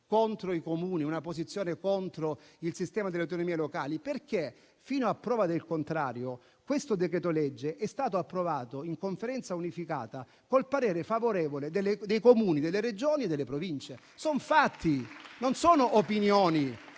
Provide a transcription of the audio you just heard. contro i Comuni e nessuna posizione contraria al sistema di autonomie locali. Fino a prova contraria, infatti, questo decreto-legge è stato approvato in Conferenza unificata, col parere favorevole dei Comuni, delle Regioni e delle Province. Sono fatti, non sono opinioni.